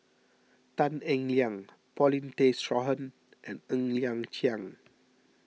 Tan Eng Liang Paulin Tay Straughan and Ng Liang Chiang